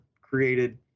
created